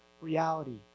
reality